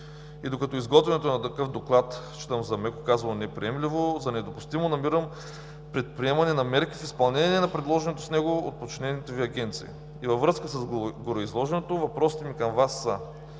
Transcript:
И докато изготвянето на такъв доклад считам за, меко казано, неприемливо, за недопустимо намирам предприемане на мерки в изпълнение на предложеното с него от подчинената Ви агенция. Във връзка с гореизложеното, въпросите ми към Вас са: